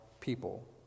people